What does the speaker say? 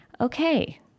okay